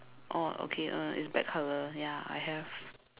oh okay uh it's black colour ya I have